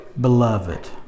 Beloved